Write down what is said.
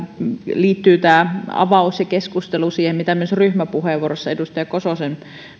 tämä avaus ja keskustelu mitä myös ryhmäpuheenvuorossa edustaja kososen